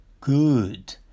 good